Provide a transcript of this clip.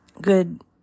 good